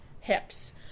hips